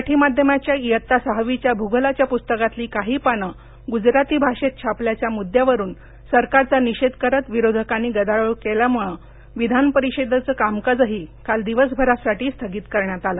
मराठी माध्यमाच्या इयत्ता सहावीच्या भूगोलाच्या पुस्तकातली काही पानं गुजराती भाषेत छापल्याचा मुद्दावरून सरकारचा निषेध करत विरोधकांनी गदारोळ केल्यामुळ विधानपरिषदेचं कामकाजही काल दिवसभरासाठी स्थगित करण्यात आलं